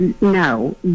No